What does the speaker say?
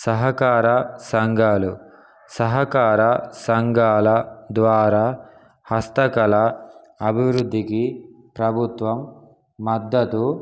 సహకార సంఘాలు సహకార సంఘాల ద్వారా హస్తకళ అభివృద్ధికి ప్రభుత్వం మద్దతు